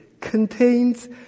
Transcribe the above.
contains